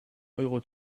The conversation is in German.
euro